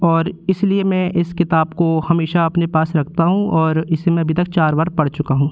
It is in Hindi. और इसलिए मैं इस किताब को हमेशा अपने पास रखता हूँ और इसे मैं अभी तक चार बार पढ़ चुका हूँ